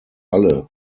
alle